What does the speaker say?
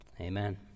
Amen